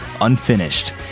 Unfinished